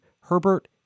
Herbert